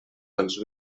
pels